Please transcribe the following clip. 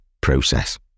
process